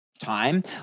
time